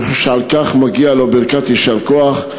אני חושב שעל כך מגיעה לו ברכת יישר כוח,